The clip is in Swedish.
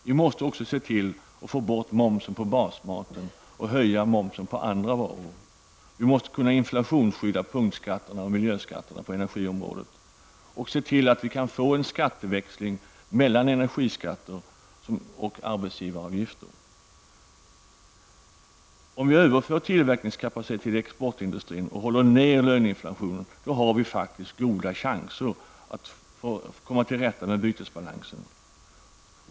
Vi måste se till att få bort momsen på basmaten och höja momsen på andra varor. Vi måste kunna inflationsskydda punktskatterna och miljöskatterna på energiområdet och se till att vi får en skatteväxling mellan energiskatter och arbetsgivaravgifter. Om vi överför tillverkningskapacitet till exportindustrin och håller ner löneinflationen, har vi faktiskt goda chanser att komma till rätta med bytesbalansen.